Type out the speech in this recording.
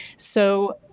so,